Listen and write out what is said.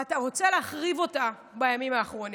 ואתה רוצה להחריב אותה בימים האחרונים.